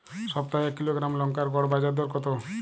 সপ্তাহে এক কিলোগ্রাম লঙ্কার গড় বাজার দর কতো?